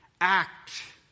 Act